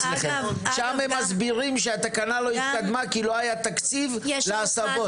שם הם מסבירים שהתקנה לא התקדמה כי לא היה תקציב להסבות.